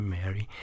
Mary